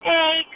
Hey